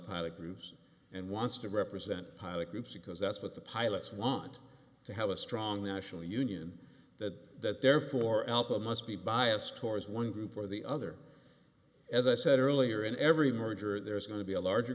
pilot groups and wants to represent pilot groups because that's what the pilots want to have a strong national union that that therefore alcoa must be biased towards one group or the other as i said earlier in every merger there's going to be a larger